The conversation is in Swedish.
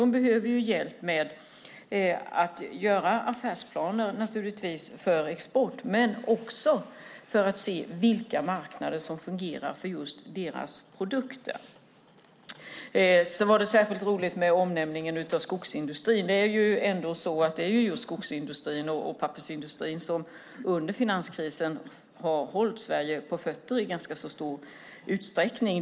De behöver hjälp med att göra affärsplaner för export och för att se vilka marknader som fungerar för just deras produkter. Det var särskilt roligt att skogsindustrin nämndes. Det är i stor utsträckning skogs och pappersindustrin som har hållit Sverige på fötter under finanskrisen.